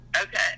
Okay